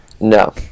No